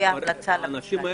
גם האנשים,